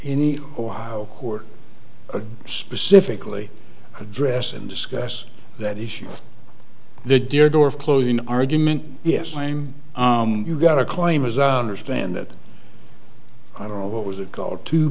any or how court specifically address and discuss that issue the deardorff closing argument yes i'm you got a claim as i understand it i don't know what was it called to